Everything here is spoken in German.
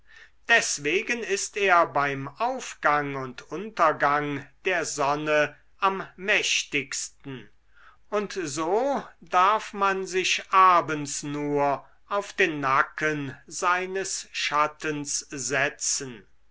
deswegen ist er beim aufgang und untergang der sonne am mächtigsten und so darf man sich abends nur auf den nacken seines schattens setzen